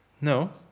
no